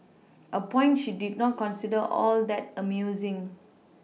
a point she did not consider all that amusing